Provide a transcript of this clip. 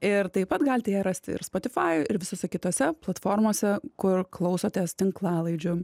ir taip pat galite ją rasti ir spotify ir visose kitose platformose kur klausotės tinklalaidžių